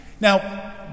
Now